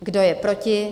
Kdo je proti?